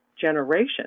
generation